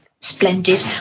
Splendid